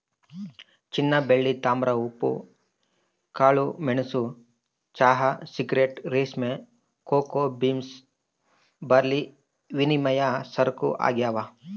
ಚಿನ್ನಬೆಳ್ಳಿ ತಾಮ್ರ ಉಪ್ಪು ಕಾಳುಮೆಣಸು ಚಹಾ ಸಿಗರೇಟ್ ರೇಷ್ಮೆ ಕೋಕೋ ಬೀನ್ಸ್ ಬಾರ್ಲಿವಿನಿಮಯ ಸರಕು ಆಗ್ಯಾವ